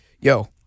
yo